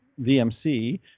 VMC